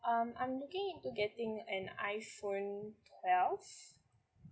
um I'm looking into getting an iphone twelve